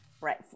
right